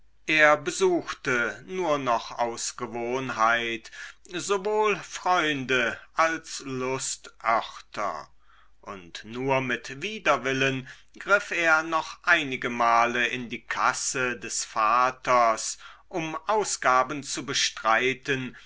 er besuchte nur noch aus gewohnheit sowohl freunde als lustörter und nur mit widerwillen griff er noch einigemal in die kasse des vaters um ausgaben zu bestreiten